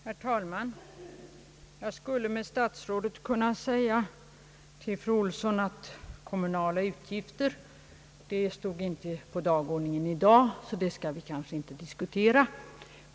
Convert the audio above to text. Herr talman! Jag skulle med statsrådet Odhnoff kunna säga till fru Lilly Ohisson, att kommunala utgifter inte står på dagordningen i dag, så dem skall vi kanske inte diskutera.